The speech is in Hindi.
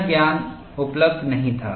यह ज्ञान उपलब्ध नहीं था